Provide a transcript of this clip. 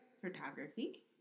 Photography